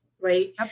right